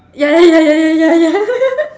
ya ya ya ya ya ya ya